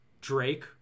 Drake